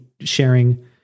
sharing